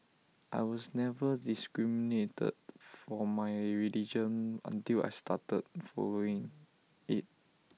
I was never discriminated for my religion until I started following IT